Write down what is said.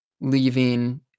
leaving